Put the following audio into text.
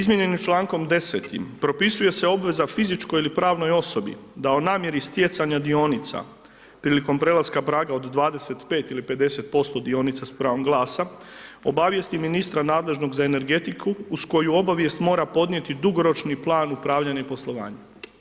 Izmijenjenim člankom 10.-tim propisuje se obveza fizičkoj ili pravnoj osobi da o namjeri stjecanja dionica prilikom prelaska praga od 25 ili 50% dionica s pravom glasa, obavijesti ministra nadležnog za energetiku uz koju obavijest mora podnijeti dugoročni plan upravljanja i poslovanja.